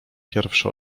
pierwsze